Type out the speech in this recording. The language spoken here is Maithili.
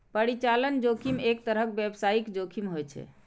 परिचालन जोखिम एक तरहक व्यावसायिक जोखिम होइ छै